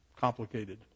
complicated